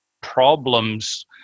problems